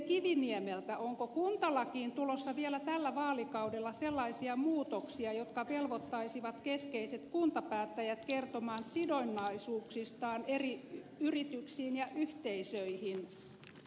onko kuntalakiin tulossa vielä tällä vaalikaudella sellaisia muutoksia jotka velvoittaisivat keskeiset kuntapäättäjät kertomaan sidonnaisuuksistaan eri yrityksiin ja yhteisöihin